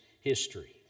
history